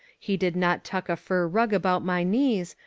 he did not tuck a fur rug about my knees,